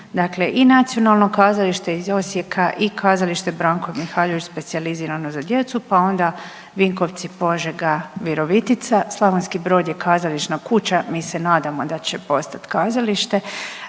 dakle i Nacionalnog kazališta iz Osijeka i Kazalište Branko Mihaljević, specijalizirano za djecu pa onda Vinkovci, Požega, Virovitica, Slavonski Brod je kazališna kuća, mi se nadamo da će postati kazalište,